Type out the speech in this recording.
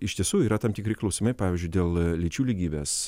iš tiesų yra tam tikri klausimai pavyzdžiui dėl lyčių lygybės